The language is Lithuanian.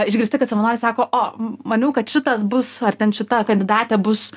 išgirsti kad savanoriai sako o maniau kad šitas bus ar ten šita kandidatė bus